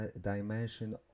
dimension